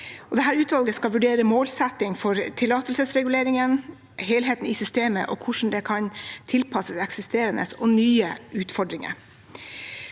utvalget skal vurdere målsetting for tillatelsesreguleringen, helheten i systemet og hvordan det kan tilpasses eksisterende og nye utfordringer.